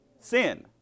Sin